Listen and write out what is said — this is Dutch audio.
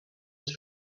het